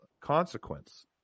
consequence